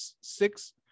six